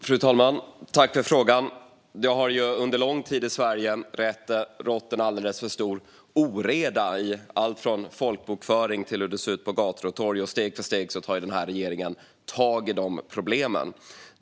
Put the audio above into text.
Fru talman! Tack för frågan, Zinaida Kajevic! Det har under lång tid i Sverige rått en alldeles för stor oreda i allt från folkbokföring till hur det ser ut på gator och torg. Steg för steg tar den här regeringen tag i de problemen.